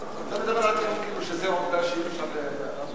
אתה מדבר על זה כאילו שזה עובדה שאי-אפשר לעשות.